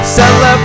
Celebrate